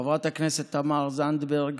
חברת הכנסת תמר זנדברג,